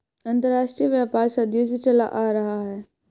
अंतरराष्ट्रीय व्यापार सदियों से चला आ रहा है